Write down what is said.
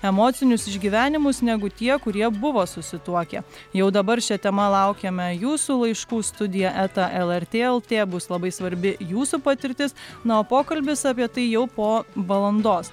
emocinius išgyvenimus negu tie kurie buvo susituokę jau dabar šia tema laukiame jūsų laiškų studija eta lrt lt bus labai svarbi jūsų patirtis na o pokalbis apie tai jau po valandos